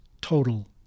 total